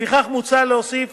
לפיכך מוצע להוסיף